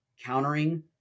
countering